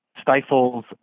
stifles